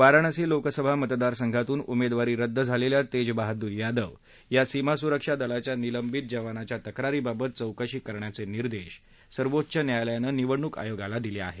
वाराणसी लोकसभा मतदारसंघातून उमेदवारी रद्द झालेल्या तेज बहादूर यादव या सीमासुरक्षा दलाच्या निलंबित जवानाच्या तक्रारीबाबत चौकशी करण्याचे निर्देश सर्वोच्च न्यायालयानं निवडणूक आयोगाला दिले आहेत